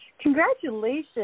Congratulations